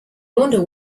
wonder